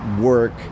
work